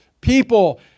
people